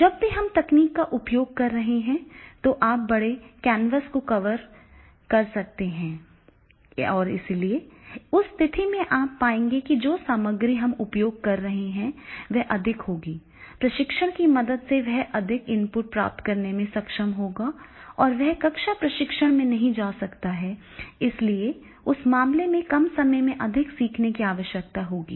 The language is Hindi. अब जब हम तकनीक का उपयोग कर रहे हैं तो आप बड़े कैनवास को कवर कर सकते हैं और इसलिए उस स्थिति में आप पाएंगे कि जो सामग्री हम उपयोग कर रहे हैं वह अधिक होगी प्रशिक्षण की मदद से वह अधिक इनपुट प्राप्त करने में सक्षम होगा जो वह कक्षा प्रशिक्षण में नहीं जा सकते हैं और इसलिए उस मामले में कम समय में अधिक सीखने की आवश्यकता होगी